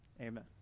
Amen